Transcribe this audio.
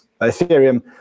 Ethereum